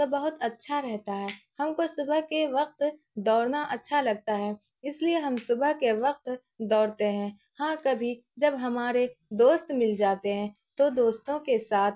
تو بہت اچھا رہتا ہے ہم کو صبح کے وقت دوڑنا اچھا لگتا ہے اس لیے ہم صبح کے وقت دوڑتے ہیں ہاں کبھی جب ہمارے دوست مل جاتے ہیں تو دوستوں کے ساتھ